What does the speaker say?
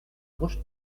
roche